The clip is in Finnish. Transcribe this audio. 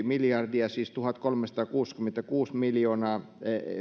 miljardia siis tuhatkolmesataakuusikymmentäkuusi miljoonaa